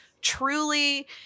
truly